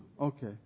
Okay